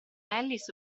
ellis